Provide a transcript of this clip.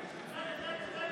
(קוראת בשם חבר הכנסת)